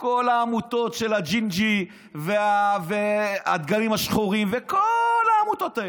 כל העמותות של הג'ינג'י והדגלים השחורים וכל העמותות האלה.